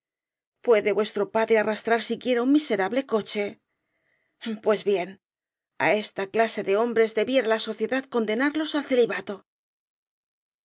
gusanillos de luz puede vuestro padre arrastrar siquiera un miserable coche pues bien á esta clase de hombres debiera la sociedad condenarlos al